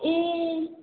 ए